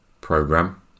program